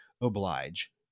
oblige